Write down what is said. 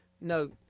no